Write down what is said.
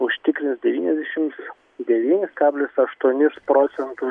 užtikrins devyniasdešimt devynis kablis aštuonis procentus